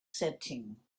setting